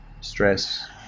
stress